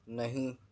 نہیں